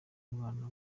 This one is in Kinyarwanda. umwana